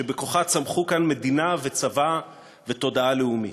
שבכוחה צמחו כאן מדינה וצבא ותודעה לאומית.